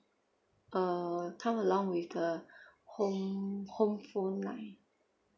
uh come along with the home home phone line